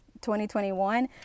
2021